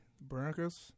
Broncos